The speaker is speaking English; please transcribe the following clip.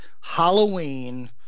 Halloween